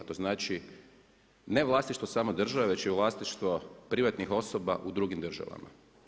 To znači ne vlasništvu samo države, već i vlasništvo privatnih osoba u drugim državama.